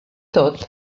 tot